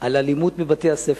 על אלימות בבתי-הספר,